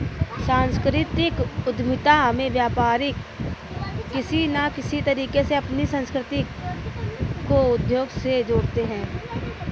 सांस्कृतिक उद्यमिता में व्यापारी किसी न किसी तरीके से अपनी संस्कृति को उद्योग से जोड़ते हैं